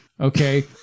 okay